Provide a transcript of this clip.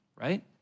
right